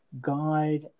guide